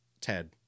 Ted